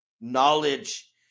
knowledge